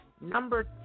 Number